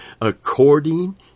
according